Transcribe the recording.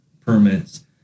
permits